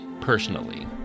personally